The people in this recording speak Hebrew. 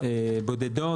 ציבורית,